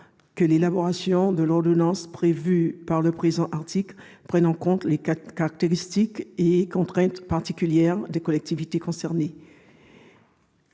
que l'élaboration de l'ordonnance prévue par le présent article prenne en compte les caractéristiques et contraintes particulières des collectivités concernées,